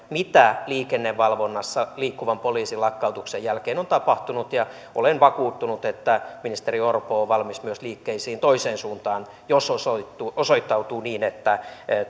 mitä liikennevalvonnassa liikkuvan poliisin lakkautuksen jälkeen on tapahtunut olen vakuuttunut että ministeri orpo on valmis myös liikkeisiin toiseen suuntaan jos osoittautuu osoittautuu että